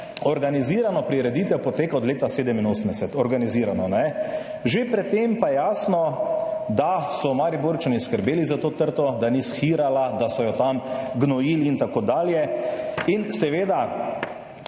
organizirano prireditev poteka od leta 1987. Organizirano. Že pred tem pa je jasno, da so Mariborčani skrbeli za to trto, da ni shirala, da so jo tam gnojili in tako dalj. In seveda